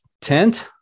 Tent